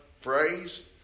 phrase